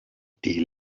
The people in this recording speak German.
die